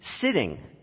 sitting